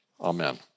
Amen